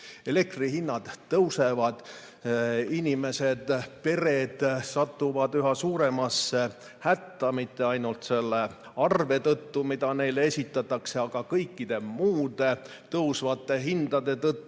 Elektrihinnad tõusevad, inimesed ja terved pered satuvad üha suuremasse hätta mitte ainult selle arve tõttu, mida neile esitatakse, vaid ka kõikide muude tõusvate hindade tõttu,